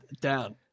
Down